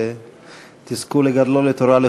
ותזכו לגדלו לתורה,